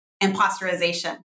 imposterization